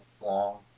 long